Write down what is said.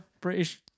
British